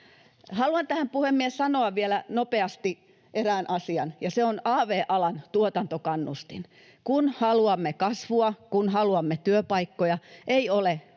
Haluan tähän, puhemies, sanoa vielä nopeasti erään asian, ja se on av-alan tuotantokannustin. Kun haluamme kasvua, kun haluamme työpaikkoja, ei ole mitään